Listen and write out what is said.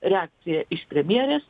reakcija iš premjerės